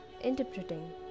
interpreting